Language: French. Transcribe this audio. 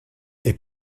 est